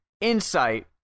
insight